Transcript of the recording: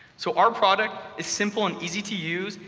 so our product is simple and easy to use.